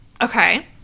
Okay